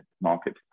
market